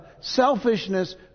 selfishness